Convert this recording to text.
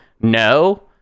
no